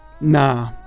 Nah